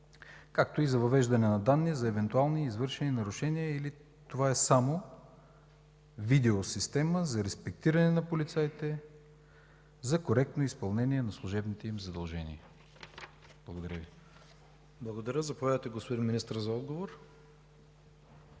както и за въвеждане на данни за евентуално извършени нарушения, или това е само видеосистема за респектиране на полицаите – за коректно изпълнение на служебните им задължения? Благодаря Ви. ПРЕДСЕДАТЕЛ ИВАН К. ИВАНОВ: Благодаря. Заповядайте, господин Министър, за отговор.